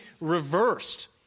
reversed